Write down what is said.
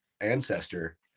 ancestor